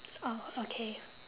oh okay